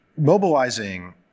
Mobilizing